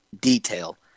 detail